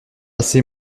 ces